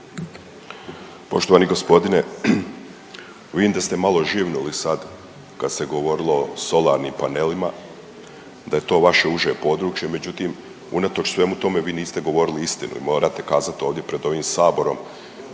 Poštovani gospodine vidim da ste malo živnuli sad kad se govorilo o solarnim panelima, da je to vaše uže područje, međutim unatoč svemu tome vi niste govorili istinu i morate kazat ovdje pred ovim saborom